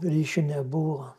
ryšio nebuvo